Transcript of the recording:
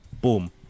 Boom